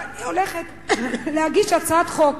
ואני הולכת להגיש הצעת חוק